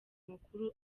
makuru